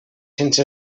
sense